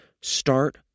Start